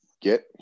get